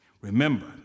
Remember